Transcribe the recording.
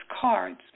cards